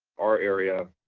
our area,